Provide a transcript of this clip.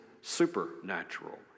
supernatural